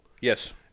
Yes